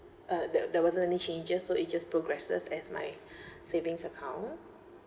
uh there there wasn't any changes so it just progresses as my savings account